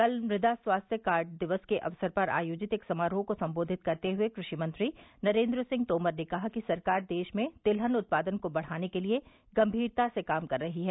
कल मुदा स्वास्थ्य कार्ड दिवस के अवसर पर आयोजित एक समारोह को संबोधित करते हुए क्राषि मंत्री नरेंद्र सिंह तोमर ने कहा कि सरकार देश में तिलहन उत्पादन को बढ़ाने के लिए गंमीरता से काम कर रही है